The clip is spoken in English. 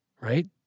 right